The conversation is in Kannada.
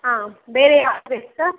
ಹಾಂ ಬೇರೆ ಯಾವ್ದು ಬೇಕು ಸರ್